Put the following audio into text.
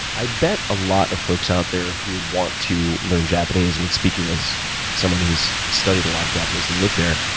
i bet a lot of folks out there who would want to learn japanese, i mean, speaking as someone who's studied a lot of japanese and lived there,